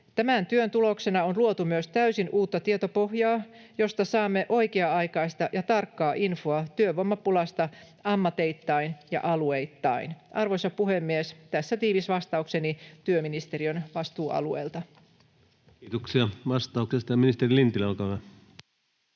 Tämän työn tuloksena on luotu myös täysin uutta tietopohjaa, josta saamme oikea-aikaista ja tarkkaa infoa työvoimapulasta ammateittain ja alueittain. Arvoisa puhemies! Tässä tiivis vastaukseni työministeriön vastuualueelta. Kiitoksia vastauksesta. — Ja ministeri Lintilä, olkaa hyvä.